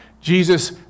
Jesus